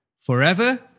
Forever